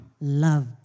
loved